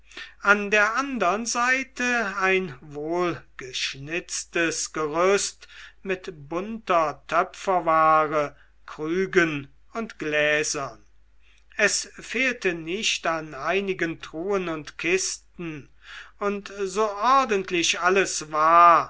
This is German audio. an der andern seite ein wohlgeschnitztes gerüst mit bunter töpferware krügen und gläsern es fehlte nicht an einigen truhen und kisten und so ordentlich alles war